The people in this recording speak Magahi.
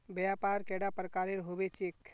व्यापार कैडा प्रकारेर होबे चेक?